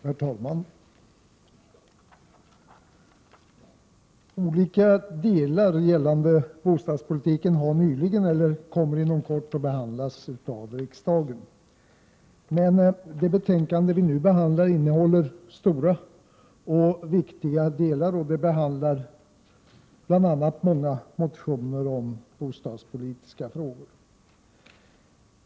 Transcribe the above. Herr talman! Olika delar gällande bostadspolitiken har nyligen behandlats eller kommer inom kort att behandlas av riksdagen. Det betänkande vi nu behandlar innehåller emellertid stora och viktiga delar och behandlar bl.a. många motioner om bostadspolitiska frågor.